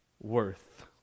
worth